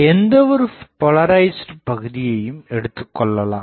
எந்தவொரு போலரைஸ்ட் பகுதியையும் எடுத்துக்கொள்ளலாம்